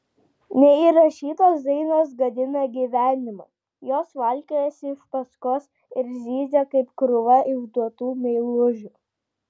neįrašytos dainos gadina gyvenimą jos valkiojasi iš paskos ir zyzia kaip krūva išduotų meilužių